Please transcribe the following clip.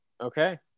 Okay